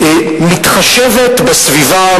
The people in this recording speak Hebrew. מתחשבת בסביבה,